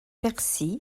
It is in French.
percy